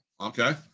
Okay